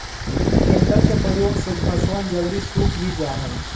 tedder के प्रयोग से घसवन जल्दी सूख भी जाहई